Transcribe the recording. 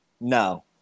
No